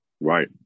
Right